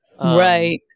right